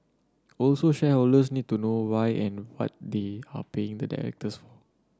also shareholders need to know why and what they are paying the directors